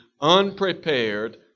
unprepared